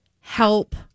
help